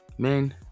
Men